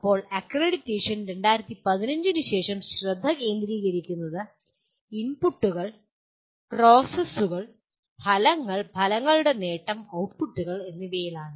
ഇപ്പോൾ അക്രഡിറ്റേഷൻ 2015 ശേഷം ശ്രദ്ധ കേന്ദ്രീകരിക്കുന്നത് ഇൻപുട്ടുകൾ പ്രോസസ്സുകൾ ഫലങ്ങൾ ഫലങ്ങളുടെ നേട്ടം ഔട്ട്പുട്ടുകൾ എന്നിവയിലാണ്